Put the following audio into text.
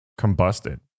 combusted